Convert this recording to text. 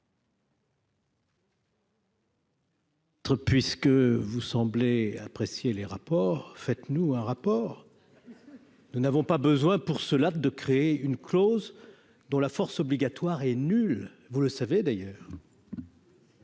Puisque vous semblez apprécier les rapports, faites-nous un rapport, nous n'avons pas besoin pour cela de créer une clause dont la force obligatoire est nul, vous le savez d'ailleurs.